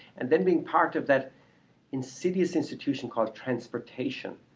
and then being part of that insidious institution called transportation,